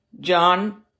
John